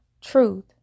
truth